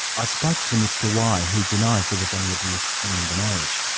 i spoke to mr y who denies there was any abuse in the marriage.